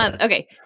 Okay